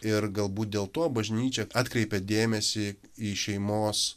ir galbūt dėl to bažnyčia atkreipia dėmesį į šeimos